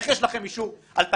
איך יש לכם אישור על תקנות,